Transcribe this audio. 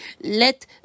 let